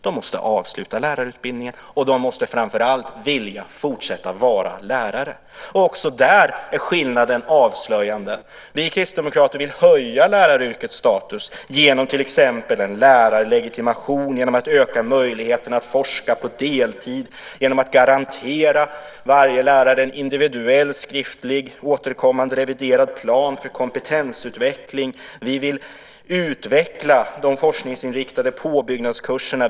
De måste avsluta lärarutbildningen, och de måste framför allt vilja fortsätta vara lärare. Också där är skillnaden avslöjande. Vi kristdemokrater vill höja läraryrkets status genom till exempel en lärarlegitimation, genom att öka möjligheten att forska på deltid, genom att garantera varje lärare en individuell skriftlig återkommande reviderad plan för kompetensutveckling. Vi vill utveckla de forskningsinriktade påbyggnadskurserna.